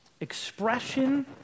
expression